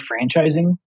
franchising